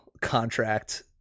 contract